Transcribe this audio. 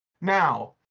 Now